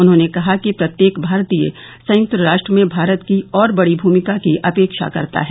उन्होंने कहा कि प्रत्येक भारतीय संयुक्त राष्ट्र में भारत की और बड़ी भूमिका की अपेक्षा करता है